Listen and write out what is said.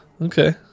Okay